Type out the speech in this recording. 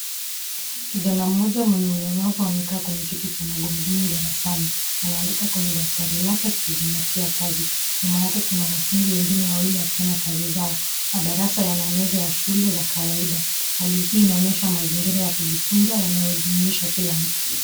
Kijana mmoja mwenye ulemavu amekaa kwenye kiti cha magurudumu darasani. Anaandika kwenye daftari lake akizingatia kazi. Nyuma yake kuna wanafunzi wengine wawili wakifanya kazi zao. Madarasa yana meza ya shule za kawaida. Hali hii inaonyesha mazingira ya kujifunza yanayojumuisha kila mtu.